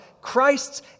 Christ's